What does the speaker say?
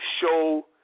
show